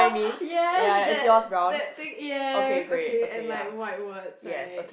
yes that that thing yes okay and like white words right